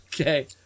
Okay